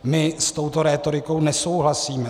My s touto rétorikou nesouhlasíme.